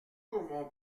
mon